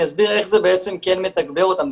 אני אסביר איך זה בעצם כן מתגבר אותם,